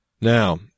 Now